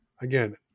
again